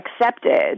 accepted